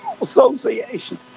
association